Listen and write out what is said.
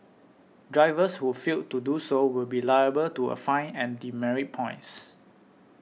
drivers who fail to do so will be liable to a fine and demerit points